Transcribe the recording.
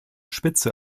spitze